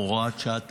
הוראת השעה,